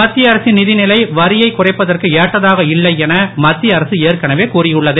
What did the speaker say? மத்திய அரசின் நிதிநிலை வரியை குறைப்பதற்கு ஏற்றதாக இல்லை என மத்திய அரசு ஏற்கனவே கூறியுள்ளது